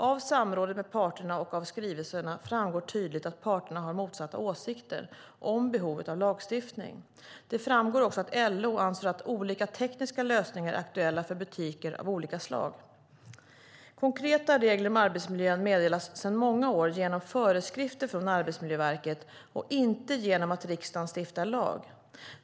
Av samrådet med parterna och av skrivelserna framgår tydligt att parterna har motsatta åsikter om behovet av lagstiftning. Det framgår också att LO anser att olika tekniska lösningar är aktuella för butiker av olika slag. Konkreta regler om arbetsmiljön meddelas sedan många år genom föreskrifter från Arbetsmiljöverket och inte genom att riksdagen stiftar lag.